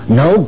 no